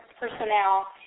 personnel